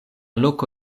loko